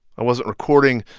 i wasn't recording,